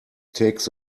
takes